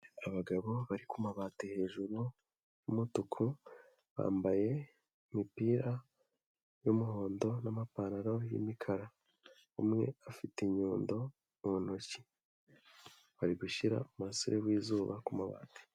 Abagabo bari ku mabati hejuru y'umutuku, bambaye imipira y'umuhondo n'amapantaro y'imikara. Umwe afite inyundo mu ntoki. Bari gushyira umurasire w'izuba ku mabati.